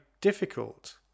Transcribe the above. difficult